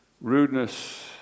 rudeness